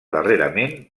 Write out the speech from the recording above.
darrerament